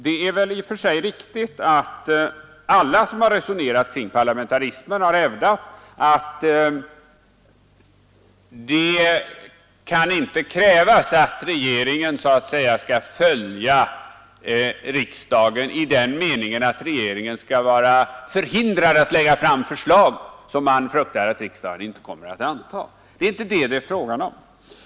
I och för sig är det väl riktigt att alla som resonerat kring parlamentarismen har hävdat att det inte kan krävas att regeringen skall följa riksdagen i den meningen att regeringen skall vara — förhindrad att lägga fram = förslag som man fruktar att riksdagen inte kommer att anta. Det är inte detta det är fråga om.